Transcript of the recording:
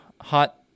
hot